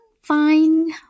fine